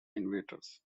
invaders